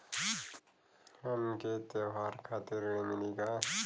हमके त्योहार खातिर ऋण मिली का?